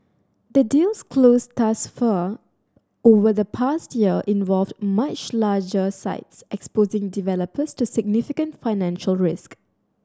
the deals closed thus far over the past year involved much larger sites exposing developers to significant financial risk